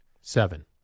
Seven